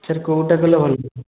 sir କୋଉଟା କଲେ ଭଲ ହବ